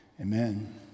amen